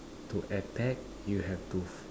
to attack you have to